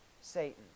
Satan